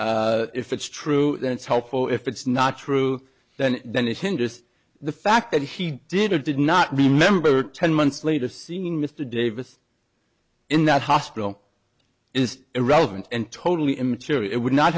if it's true that it's helpful if it's not true then then it hinders the fact that he did or did not remember ten months later seen mr davis in that hospital is irrelevant and totally immaterial it would not